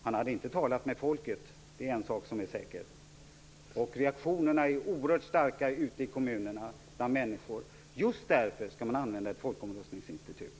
Han hade inte talat med folket, det är en sak som är säker. Reaktionerna är oerhört starka ute i kommunerna. Just därför skall man använda ett folkomröstningsinstitut.